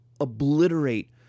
obliterate